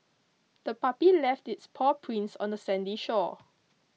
the puppy left its paw prints on the sandy shore